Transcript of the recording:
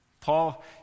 Paul